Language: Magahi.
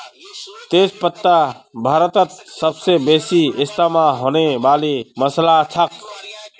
तेज पत्ता भारतत सबस बेसी इस्तमा होने वाला मसालात छिके